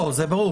ברור.